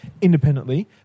independently